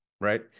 right